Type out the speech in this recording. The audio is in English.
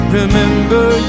remember